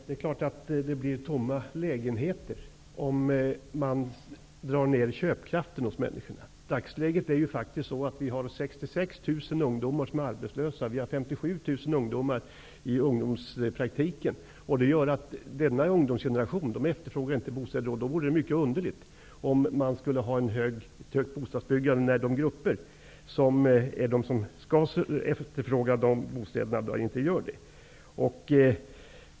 Herr talman! Vi får naturligtvis tomma lägenheter om man drar ner köpkraften hos människorna. Dagsläget är faktiskt sådant att vi har 66 000 arbetslösa ungdomar. Vi har 57 000 ungdomar i ungdomspraktik. Det gör att den ungdomsgenerationen inte efterfrågar bostäder. Det vore mycket underligt om man skulle ha ett stort bostadsbyggande när de grupper som skall efterfråga dessa bostäder inte gör det.